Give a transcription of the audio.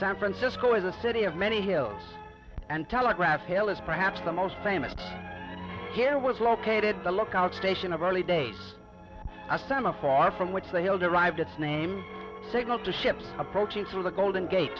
san francisco is a city of many hills and telegraph hill is perhaps the most famous here was located the lookout station of early days of sun a far from which they all derived its name signal to ships approaching through the golden gate